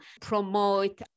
promote